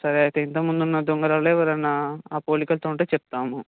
సరే అయితే ఇంతకుముందున్న దొంగలల్లో ఎవరన్నా ఆ పోలికలతో ఉంటే చెప్తాము